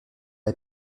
est